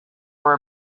were